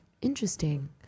interesting